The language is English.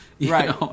Right